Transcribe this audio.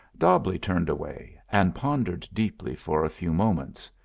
dobbleigh turned away, and pondered deeply for a few moments.